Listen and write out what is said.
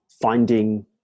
finding